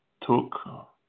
took